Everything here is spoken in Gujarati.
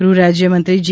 ગૃહ રાજ્યમંત્રી જી